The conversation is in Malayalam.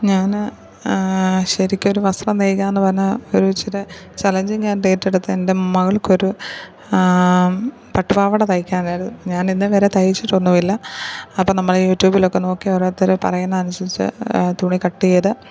ഞാൻ ശരിക്കൊരു വസ്ത്രം തയിക്കാമെന്നു പറഞ്ഞാൽ ഒരിച്ചവരെ ചലഞ്ചിങ്ങായിട്ടേറ്റെടുത്തതിന്റെ മകള്ക്കൊരു പട്ടു പാവാട തയിക്കാനായിരുന്നു ഞാനിന്നേവരെ തയ്ച്ചിട്ടൊന്നും ഇല്ല അപ്പം നമ്മൾ യൂട്യുബിലൊക്കെ നോക്കി ഓരോരുത്തർ പറയുന്ന അനുസരിച്ച് തുണി കട്ട് ചെയ്ത്